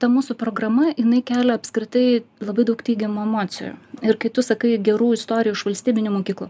ta mūsų programa jinai kelia apskritai labai daug teigiamų emocijų ir kai tu sakai gerų istorijų iš valstybinių mokyklų